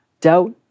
Doubt